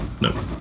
no